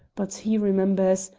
but he remembers,